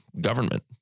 government